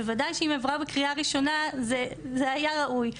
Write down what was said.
בוודאי שאם עברה בקריאה ראשונה זה היה ראוי.